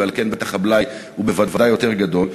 ועל כן הבלאי הוא בוודאי יותר גדול.